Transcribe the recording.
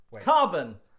Carbon